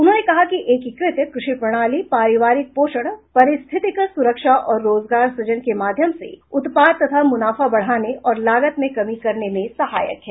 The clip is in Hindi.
उन्होंने कहा कि एकीकृत कृषि प्रणाली पारिवारिक पोषण पारिस्थितिक सुरक्षा और रोजगार सृजन के माध्यम से उत्पाद तथा मुनाफा बढ़ाने और लागत में कमी करने में सहायक है